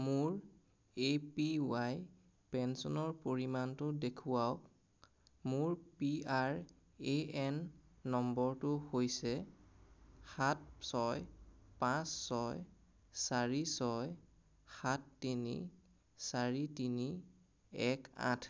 মোৰ A P Y পেঞ্চনৰ পৰিমাণটো দেখুৱাওক মোৰ পি আৰ এ এন নম্বৰটো হৈছে সাত ছয় পাঁচ ছয় চাৰি ছয় সাত তিনি চাৰি তিনি এক আঠ